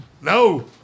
No